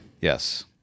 Yes